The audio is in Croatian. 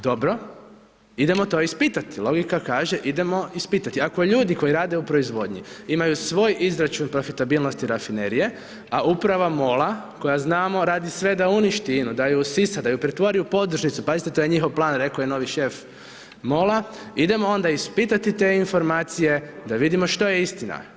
Dobro, idemo to ispitati, logika gaže idemo ispitati, ako ljudi koji rade u proizvodnji imaju svoj izračun profitabilnosti rafinerije, a uprava MOL-a koja znamo radi sve da uništi INU, da ju usisa, da ju pretvori u podružnicu, pazite to je njihov plan reko je novi šef MOL-a, idemo onda ispitati te informacije da vidimo što je istina.